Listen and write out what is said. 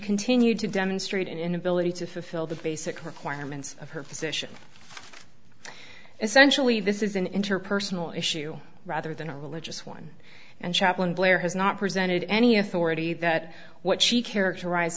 continued to demonstrate an inability to fulfil the basic requirements of her position essentially this is an interpersonal issue rather than a religious one and chaplain blair has not presented any authority that what she characterize